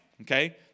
okay